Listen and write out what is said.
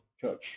Church